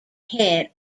head